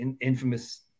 infamous